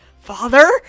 father